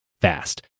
fast